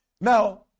Now